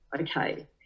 Okay